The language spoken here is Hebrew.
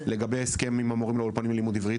לגבי הסכם עם הורים לאולפנים ללימוד עברית.